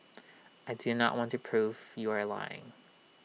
I do not want to prove you are lying